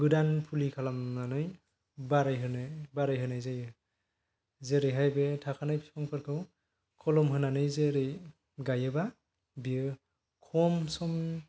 गोदान फुलि खालामनानै बारायहोनो बारायहोनाय जायो जेरैहैय बे थाखानाय बिफांफोरखौ खोलम होनानै गायोब्ला बियो खम सम